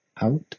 Out